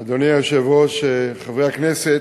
אדוני היושב-ראש, חברי הכנסת,